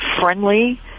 friendly